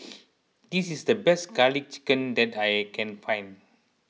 this is the best Garlic Chicken that I can find